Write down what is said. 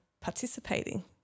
participating